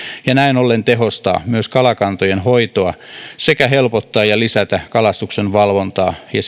ja näin ollen tehostaa myös kalakantojen hoitoa sekä helpottaa ja lisätä kalastuksen valvontaa ja